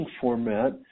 format